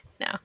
No